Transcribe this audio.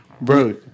Bro